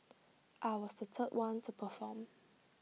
I was the third one to perform